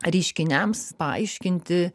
reiškiniams paaiškinti